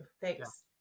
Thanks